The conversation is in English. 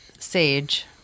Sage